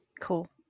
Cool